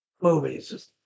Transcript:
movies